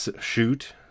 shoot